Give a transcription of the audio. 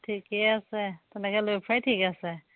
ঠিকেই আছে তেনেকে লৈ ফুৰাই ঠিকেই আছে